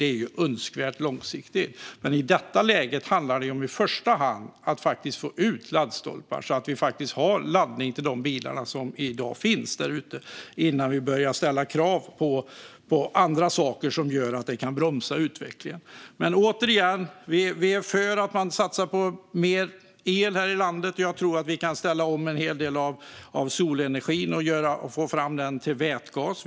Det är ju önskvärt långsiktigt. Men i detta läge handlar det i första hand om att få ut laddstolpar, så att vi har laddning till de bilar som i dag finns där ute, innan vi börjar ställa krav på andra saker som gör att utvecklingen kan bromsas. Vi är för att man satsar på mer el här i landet. Jag tror att vi kan ställa om en hel del av solenergin och få fram den till vätgas.